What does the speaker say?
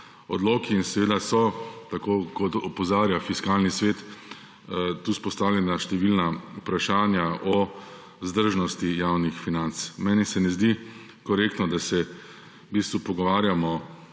ker se vlada z odloki. Kot opozarja Fiskalni svet, so tu izpostavljena številna vprašanja o vzdržnosti javnih financ. Meni se ne zdi korektno, da se v bistvu pogovarjamo